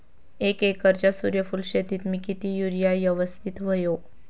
एक एकरच्या सूर्यफुल शेतीत मी किती युरिया यवस्तित व्हयो?